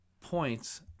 points